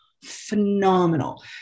Phenomenal